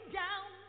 down